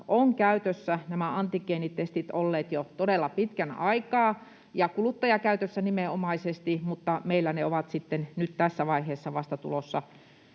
antigeenitestit olleet jo todella pitkän aikaa, ja kuluttajakäytössä nimenomaisesti, mutta meillä ne ovat sitten nyt tässä vaiheessa vasta tulossa